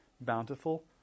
bountiful